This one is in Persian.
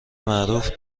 معروف